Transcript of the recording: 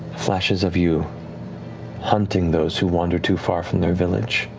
flashes of you hunting those who wander too far from their village.